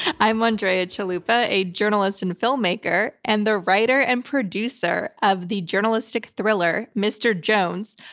i'm andrea chalupa, a journalist and filmmaker, and the writer and producer of the journalistic thriller, mr. jones,